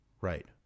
right